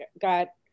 got